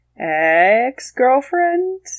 ex-girlfriend